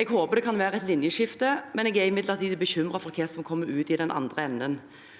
Jeg håper det kan være et linjeskifte, men jeg er imidlertid bekymret for hva som kommer ut i den andre enden,